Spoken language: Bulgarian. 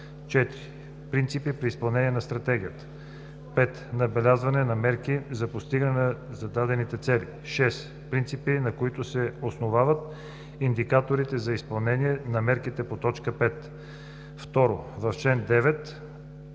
принципи при изпълнението на стратегията;